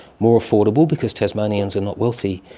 more affordable, because tasmanians are not wealthy,